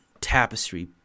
tapestry